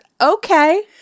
Okay